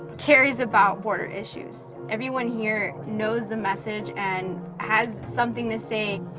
cares about border issues. everyone here knows the message and has something to say.